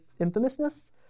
infamousness